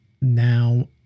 Now